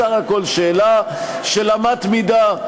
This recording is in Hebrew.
בסך הכול שאלה של אמת מידה: